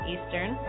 Eastern